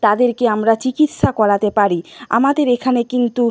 তাদেরকে আমরা চিকিৎসা করাতে পারি আমাদের এখানে কিন্তু